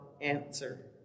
answer